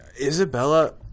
Isabella